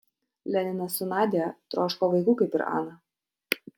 leninas su nadia troško vaikų kaip ir ana